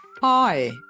hi